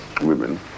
women